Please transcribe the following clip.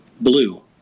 blue